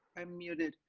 i'm muted.